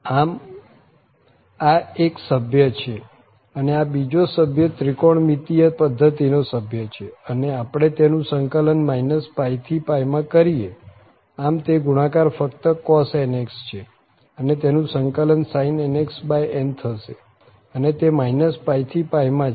આમ આ એક સભ્ય છે અને આ બીજો સભ્ય ત્રિકોણમિતિય પધ્ધતિનો સભ્ય છે અને આપણે તેનું સંકલન π થી માં કરીએ આમ તે ગુણાકાર ફક્ત cos nx છે અને તેનું સંકલન sin nx n થશે અને તે π થી માં છે